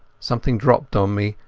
something dropped on me,